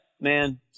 man